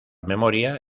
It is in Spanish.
memoria